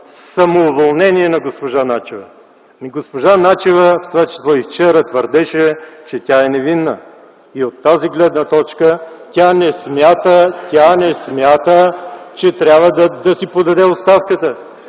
самоуволнение на госпожа Начева. Госпожа Начева, в това число и вчера твърдеше, че тя е невинна. От тази гледна точка тя не смята, че трябва да си подаде оставката.